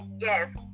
Yes